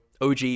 OG